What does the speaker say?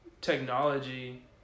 technology